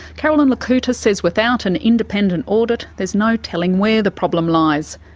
caroline le couteur says without an independent audit there's no telling where the problem lies.